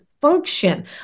function